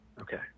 okay